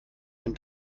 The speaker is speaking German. dem